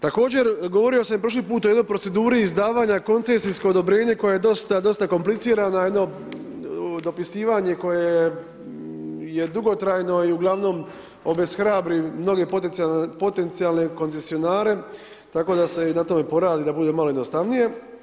Također govorio sam i prošli put o jednoj proceduri izdavanja koncesijsko odobrenje, koje je dosta komplicirana, jedno dopisivanja koje je dugotrajno i ugl. obeshrabri mnoge potencijalne koncesionare, tako da se i na tome poradi, da bude malo jednostavnije.